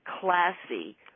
classy